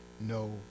no